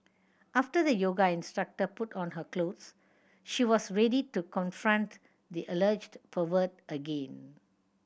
after the yoga instructor put on her clothes she was ready to confront the alleged pervert again